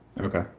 okay